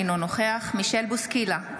אינו נוכח מישל בוסקילה,